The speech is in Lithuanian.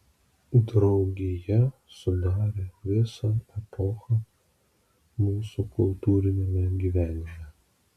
draugija sudarė visą epochą mūsų kultūriniame gyvenime